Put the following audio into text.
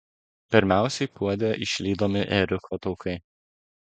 pirmiausiai puode išlydomi ėriuko taukai